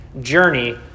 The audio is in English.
journey